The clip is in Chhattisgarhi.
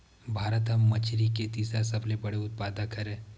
भारत हा मछरी के तीसरा सबले बड़े उत्पादक हरे